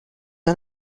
ein